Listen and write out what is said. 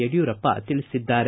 ಯಡಿಯೂರಪ್ಪ ತಿಳಿಸಿದ್ದಾರೆ